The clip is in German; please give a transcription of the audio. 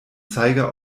zeiger